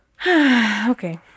okay